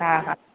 हा हा